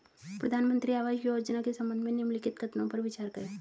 प्रधानमंत्री आवास योजना के संदर्भ में निम्नलिखित कथनों पर विचार करें?